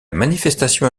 manifestation